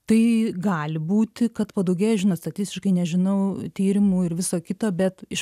tai gali būti kad padaugėja žinot statistiškai nežinau tyrimų ir viso kito bet iš